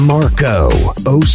Marco